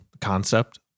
concept